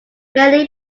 many